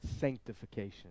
sanctification